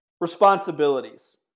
responsibilities